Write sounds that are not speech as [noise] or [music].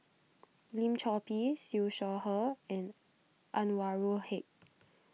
[noise] Lim Chor Pee Siew Shaw Her and Anwarul Haque